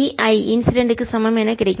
EI incident க்கு சமம் என கிடைக்கும்